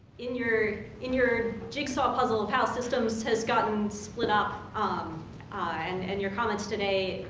in your in your jigsaw puzzle of how systems has gotten split up um and and your comments today,